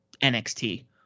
NXT